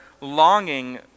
longing